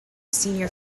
senior